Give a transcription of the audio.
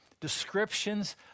descriptions